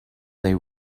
they